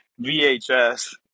VHS